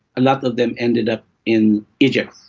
a lot of them ended up in egypt,